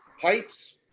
Pipes